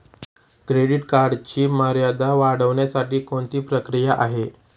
Credit कार्डची मर्यादा वाढवण्यासाठी कोणती प्रक्रिया आहे?